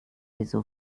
wieso